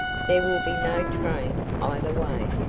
there will be no train either way.